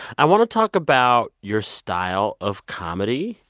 i want to talk about your style of comedy.